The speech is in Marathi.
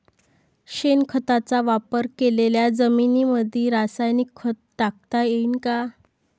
शेणखताचा वापर केलेल्या जमीनीमंदी रासायनिक खत टाकता येईन का?